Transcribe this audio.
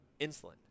insulin